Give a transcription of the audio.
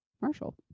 Marshall